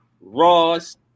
Ross